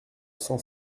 cent